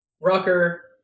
Rucker